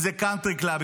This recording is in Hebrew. אם זה קאנטרי קלאב,